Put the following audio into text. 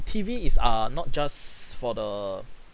T_V is err not just for the